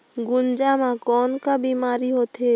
गुनजा मा कौन का बीमारी होथे?